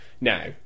Now